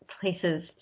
places